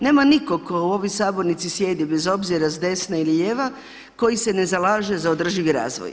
Nema nikog tko u ovoj sabornici sjedi bez obzira s desne ili lijeva koji se ne zalaže za održivi razvoj.